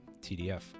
TDF